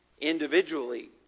individually